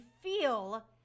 feel